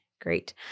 great